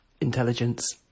Intelligence